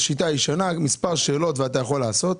בשיטה הישנה, היו מספר שאלות ואתה יכול לעשות.